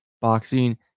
boxing